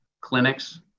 clinics